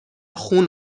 خون